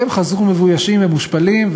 והם חזרו מבוישים ומושפלים,